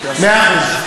מאה אחוז.